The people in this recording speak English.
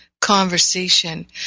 conversation